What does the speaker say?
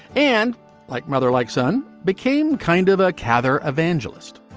and like mother, like son became kind of a cather evangelist.